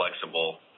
flexible